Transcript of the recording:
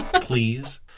Please